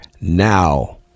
now